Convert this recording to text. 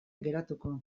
geratuko